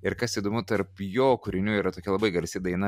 ir kas įdomu tarp jo kūrinių yra tokia labai garsi daina